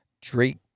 Drake